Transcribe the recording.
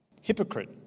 Hypocrite